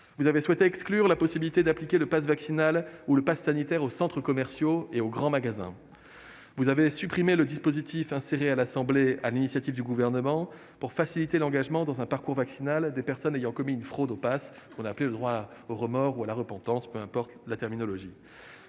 également souhaité exclure la possibilité d'appliquer le passe vaccinal ou le passe sanitaire aux centres commerciaux et aux grands magasins. Vous avez supprimé le dispositif inséré à l'Assemblée nationale, sur l'initiative du Gouvernement, visant à faciliter l'engagement dans un parcours vaccinal des personnes ayant commis une fraude au passe. C'est ce que l'on a appelé le droit au remords ou à la repentance, peu importe la terminologie.